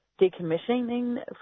decommissioning